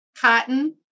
cotton